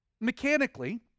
mechanically